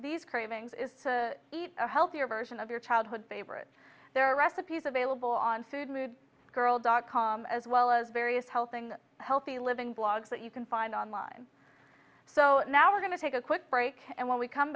these cravings is to eat a healthier version of your childhood baber it there are recipes available on food mood girl dot com as well as various health and healthy living blogs that you can find online so now we're going to take a quick break and when we come